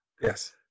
Yes